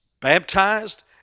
baptized